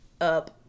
up